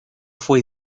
fue